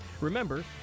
Remember